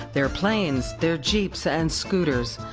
their planes, their jeeps and scooters.